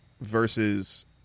versus